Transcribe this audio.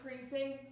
increasing